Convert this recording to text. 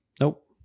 nope